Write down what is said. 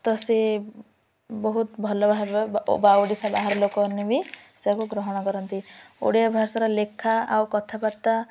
ତ ସେ ବହୁତ ଭଲ ଭାବେ ବାହାର ଲୋକମାନେ ବି ସେକୁ ଗ୍ରହଣ କରନ୍ତି ଓଡ଼ିଆ ଭାଷାର ଲେଖା ଆଉ କଥାବାର୍ତ୍ତା